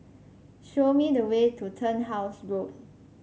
show me the way to Turnhouse Road